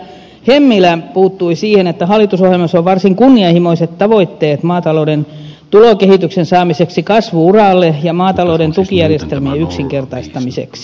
hemmilä puuttui siihen että hallitusohjelmassa on varsin kunnianhimoiset tavoitteet maatalouden tulokehityksen saamiseksi kasvu uralle ja maatalouden tukijärjestelmien yksinkertaistamiseksi